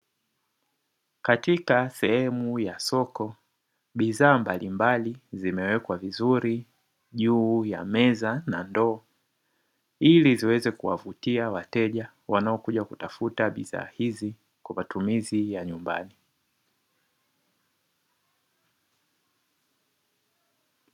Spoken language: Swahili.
Katika sehemu ya soko, bidhaa mbalimbali zimewekwa vizuri juu ya meza na ndoo ili ziweze kuwavutia wateja wanaokuja kutafuta bidhaa hizi kwa matumizi ya nyumbani.